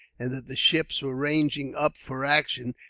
and that the ships were ranging up for action,